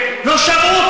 שר חברתי,